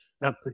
Now